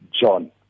John